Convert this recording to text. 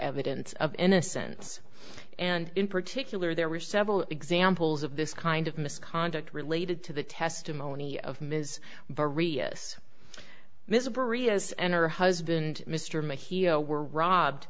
evidence of innocence and in particular there were several examples of this kind of misconduct related to the testimony of ms various miseria as and her husband mr may heal were robbed